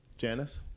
Janice